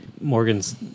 Morgan's